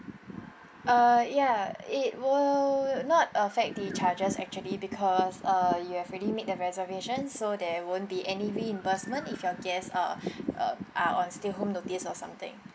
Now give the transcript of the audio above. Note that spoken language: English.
uh ya it will not affect the charges actually because uh you have already made the reservation so there won't be any reimbursement if your guests uh uh are on stay home notice or something